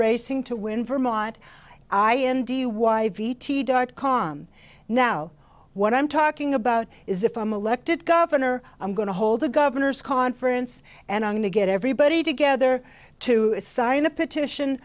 racing to win vermont i n d y v t dot com now what i'm talking about is if i'm elected governor i'm going to hold a governor's conference and i'm going to get everybody together to sign a petition